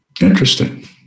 Interesting